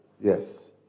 Yes